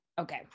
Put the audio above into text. okay